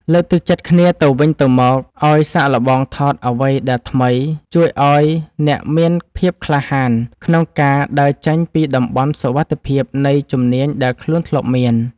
លើកទឹកចិត្តគ្នាទៅវិញទៅមកឱ្យសាកល្បងថតអ្វីដែលថ្មីជួយឱ្យអ្នកមានភាពក្លាហានក្នុងការដើរចេញពីតំបន់សុវត្ថិភាពនៃជំនាញដែលខ្លួនធ្លាប់មាន។